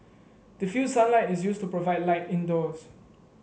diffused sunlight is used to provide light indoors